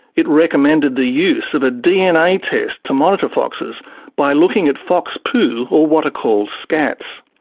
it recommended the use of a dna test to monitor foxes by looking at fox poo, or what are called scats.